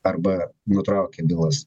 arba nutraukė bylas